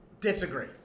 Disagree